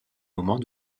moment